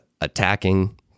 attacking